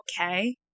okay